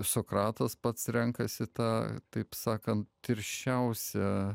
sokratas pats renkasi tą taip sakant tirščiausią